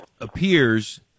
appears